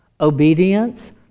Obedience